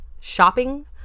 shopping